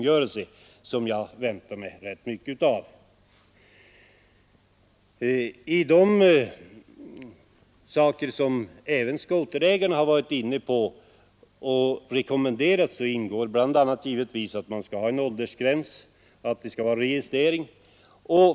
Därtill väntar jag mig rätt mycket av terrängkungörelsen. Bland det som även skoterägarna har rekommenderat är givetvis att man skall ha en åldersgräns och att skotrarna skall registreras.